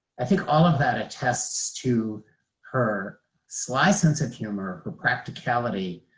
i think all of that attests to her sly sense of humor, her practicality,